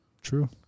True